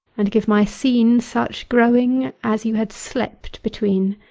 and give my scene such growing as you had slept between.